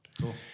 Cool